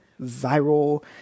viral